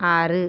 ஆறு